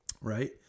right